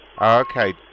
Okay